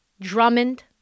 drummond